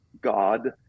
God